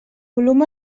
volum